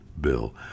Bill